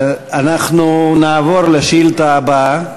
נעבור לשאילתה הבאה.